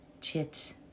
Chit